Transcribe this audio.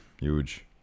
Huge